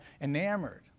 enamored